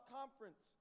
conference